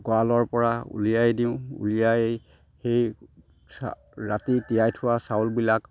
গঁৰালৰ পৰা উলিয়াই দিওঁ উলিয়াই সেই চা ৰাতি তিয়াই থোৱা চাউলবিলাক